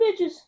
bitches